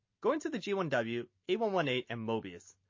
going to the g one w, a one one eight and mobius.